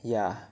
ya